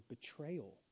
betrayal